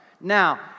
Now